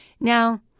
Now